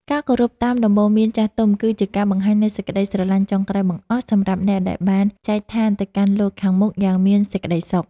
ការគោរពតាមដំបូន្មានចាស់ទុំ គឺជាការបង្ហាញនូវសេចក្តីស្រឡាញ់ចុងក្រោយបង្អស់សម្រាប់អ្នកដែលបានចែកឋានទៅកាន់លោកខាងមុខយ៉ាងមានសេចក្តីសុខ។